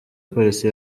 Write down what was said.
polisi